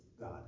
God